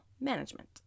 management